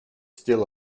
still